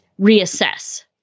reassess